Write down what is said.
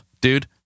dude